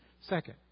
Second